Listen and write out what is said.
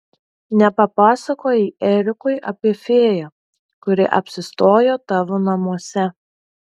nepapasakojai erikui apie fėją kuri apsistojo tavo namuose